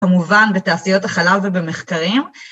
‫כמובן בתעשיות החלב ובמחקרים.